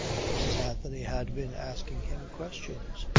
mrs. anthony had been asking him questions.